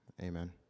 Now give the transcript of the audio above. Amen